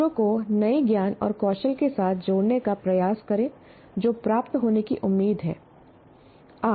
छात्रों को नए ज्ञान और कौशल के साथ जोड़ने का प्रयास करें जो प्राप्त होने की उम्मीद है